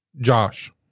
josh